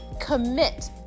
commit